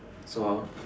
so how